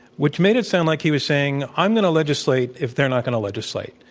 which made it sound like he was saying, i'm going to legislate if they're not going to legislate,